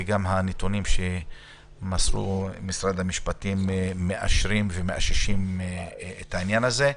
וגם הנתונים שמסר משרד המשפטים מאשרים ומאששים את העניין הזה.